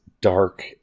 dark